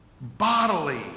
bodily